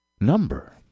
number